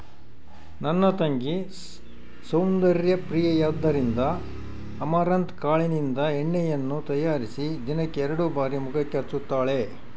ನನ್ನ ತಂಗಿ ಸೌಂದರ್ಯ ಪ್ರಿಯೆಯಾದ್ದರಿಂದ ಅಮರಂತ್ ಕಾಳಿನಿಂದ ಎಣ್ಣೆಯನ್ನು ತಯಾರಿಸಿ ದಿನಕ್ಕೆ ಎರಡು ಬಾರಿ ಮುಖಕ್ಕೆ ಹಚ್ಚುತ್ತಾಳೆ